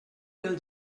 del